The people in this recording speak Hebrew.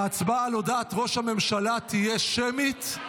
ההצבעה על הודעת ראש הממשלה תהיה שמית.